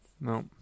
No